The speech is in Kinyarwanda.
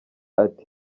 ati